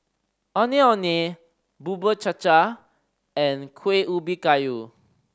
Ondeh Ondeh Bubur Cha Cha and Kuih Ubi Kayu